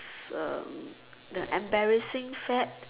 um the embarrassing set